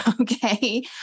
Okay